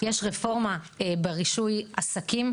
יש רפורמה ברישוי עסקים.